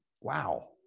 Wow